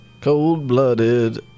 Cold-blooded